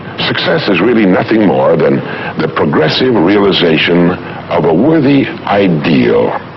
success is really nothing more than the progressive realization of a worthy ideal.